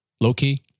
low-key